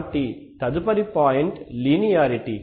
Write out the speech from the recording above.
కాబట్టి తదుపరి point linearity